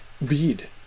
read